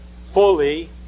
fully